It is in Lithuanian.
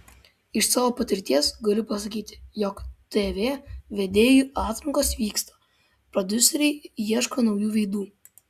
iš savo patirties galiu pasakyti jog tv vedėjų atrankos vyksta prodiuseriai ieško naujų veidų